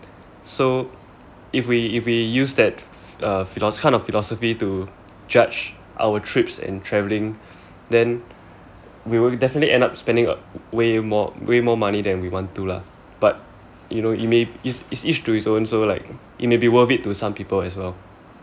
so if we if we use that uh philos~ kind of philosophy to judge our trips and travelling then we would definitely end up spending uh way more way more money than we want to lah but you know it may it's it's each to it's own so like it maybe worth it to some people as well